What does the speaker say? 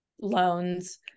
loans